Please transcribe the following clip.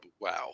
Wow